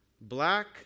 black